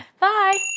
Bye